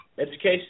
education